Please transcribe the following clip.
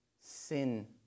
sin